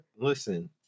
listen